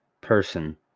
person